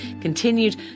continued